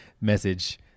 message